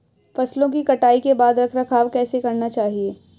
फसलों की कटाई के बाद रख रखाव कैसे करना चाहिये?